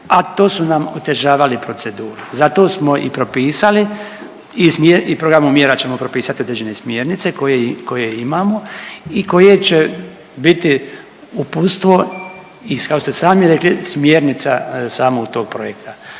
a to su nam otežavali proceduru. zato smo i propisali i programom mjera ćemo propisati određene smjernice koje imamo i koje će biti uputstvo kako ste i sami rekli smjernica samog tog projekta.